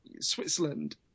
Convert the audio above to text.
switzerland